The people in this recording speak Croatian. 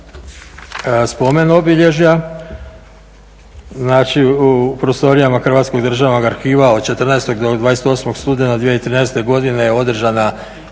spomen obilježja znači u prostorijama Hrvatskog državnog arhiva od 14. do 28. studenog 2013. godine održana